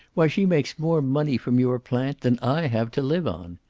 why, she makes more money from your plant than i have to live on!